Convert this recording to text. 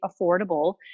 affordable